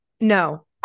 No